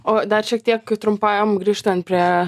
o dar šiek tiek trumpam grįžtant prie